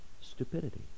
stupidity